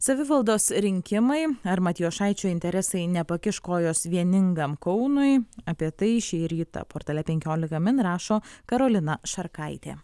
savivaldos rinkimai ar matjošaičių interesai nepakiš kojos vieningam kaunui apie tai šį rytą portale penkiolika min rašo karolina šarkaitė